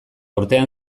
urtean